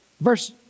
Verse